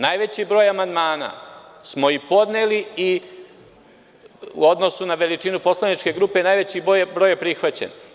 Najveći broj amandmana smo podneli u odnosu na veličinu poslaničke grupe, najveći broj je prihvaćen.